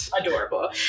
adorable